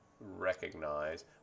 recognize